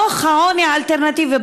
בדוח העוני האלטרנטיבי,